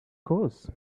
course